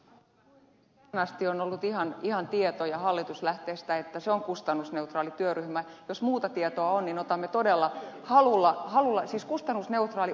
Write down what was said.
tähän asiaan on ollut tietoja hallituslähteistä että se on kustannusneutraali ohjelma jos muuta tietoa on niin otamme sen todella halulla vastaan